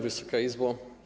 Wysoka Izbo!